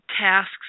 tasks